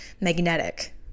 magnetic